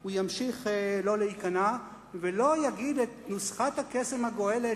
הוא ימשיך לא להיכנע ולא יגיד את נוסחת הקסם הגואלת